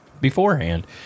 beforehand